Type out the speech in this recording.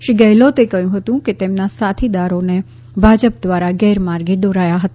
શ્રી ગેહલોતે કહ્યું કે તેમના કેટલાક સાથીદારોને ભાજપ દ્વારા ગેરમાર્ગે દોરાયા હતા